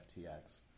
FTX